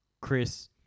Chris